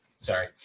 Sorry